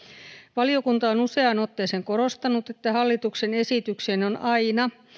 valiokunta on useaan otteeseen korostanut että hallituksen esitykseen on aina